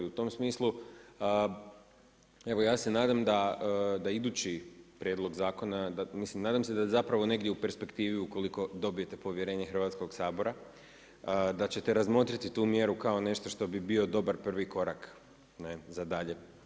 I u tom smislu, evo ja se nadam da idući prijedlog zakona da, mislim nadam se da zapravo negdje u perspektivi ukoliko dobijete povjerenje Hrvatskoga sabora da ćete razmotriti tu mjeru kao nešto što bi bio dobar prvi korak za dalje.